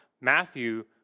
Matthew